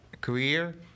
career